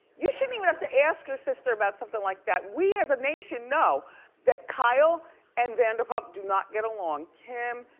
you shouldn't even have to ask your sister about something like that. we as a nation know that kyle and vanderpump do not get along. kim,